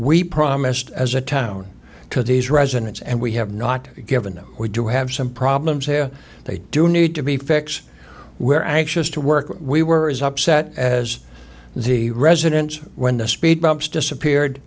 we promised as a town to these residents and we have not given them we do have some problems here they do need to be fix where anxious to work we were as upset as the residents when the speed bumps disappeared